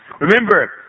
Remember